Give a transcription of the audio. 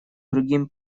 другим